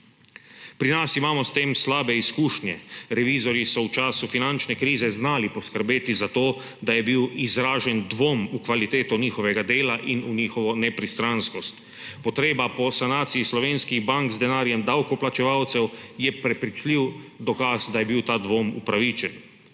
Pri nas imamo s tem slabe izkušnje, revizorji so v času finančne krize znali poskrbeti za to, da je bil izražen dvom v kvaliteto njihovega dela in v njihovo nepristranskost. Potreba po sanaciji slovenskih bank z denarjem davkoplačevalcev je prepričljiv dokaz, da je bil ta dvom upravičen.